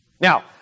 Now